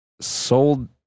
Sold